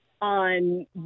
on